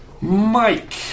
Mike